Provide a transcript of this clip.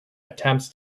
attempts